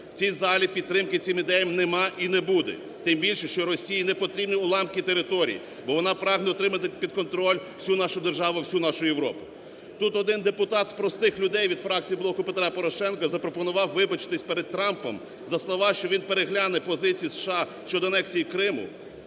В цій залі підтримки цим ідеям нема і не буде. Тим більше, що Росії не потрібні уламки територій, бо вона прагне отримати під контроль всю нашу державу, всю нашу Європу. Тут один депутат з простих людей від фракції "Блоку Петра Порошенка" запропонував вибачитись перед Трампом за слова, що він перегляне позицію США щодо анексії Криму.